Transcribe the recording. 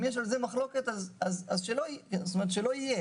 אם יש על זה מחלוקת - שלא תהיה.